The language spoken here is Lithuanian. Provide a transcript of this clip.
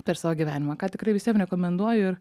per savo gyvenimą ką tikrai visiem rekomenduoju